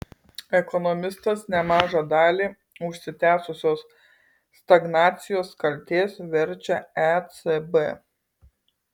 ekonomistas nemažą dalį užsitęsusios stagnacijos kaltės verčia ecb